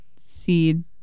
seed